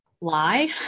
lie